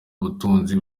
ubutunzi